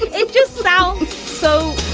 it just sounds so